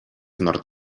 nord